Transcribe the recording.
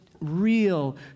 real